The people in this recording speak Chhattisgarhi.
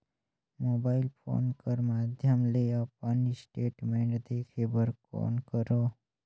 मोबाइल फोन कर माध्यम ले अपन स्टेटमेंट देखे बर कौन करों?